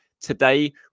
today